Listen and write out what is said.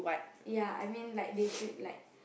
ya I mean like they should like